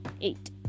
eight